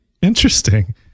Interesting